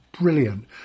brilliant